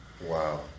Wow